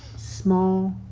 small.